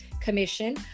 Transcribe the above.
commission